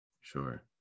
sure